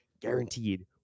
guaranteed